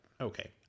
Okay